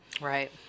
Right